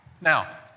Now